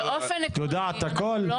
את יודעת הכול?